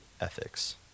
ethics